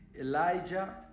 Elijah